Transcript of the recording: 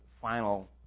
final